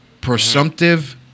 presumptive